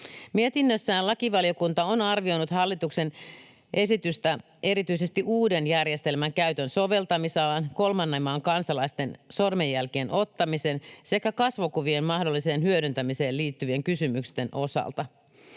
Mietinnössään lakivaliokunta on arvioinut hallituksen esitystä erityisesti uuden järjestelmän käytön soveltamisalan, kolmannen maan kansalaisten sormenjälkien ottamisen sekä kasvokuvien mahdolliseen hyödyntämiseen liittyvien kysymysten osalta.